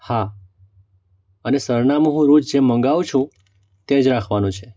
હા અને સરનામું હું રોજ જે મંગાવું છું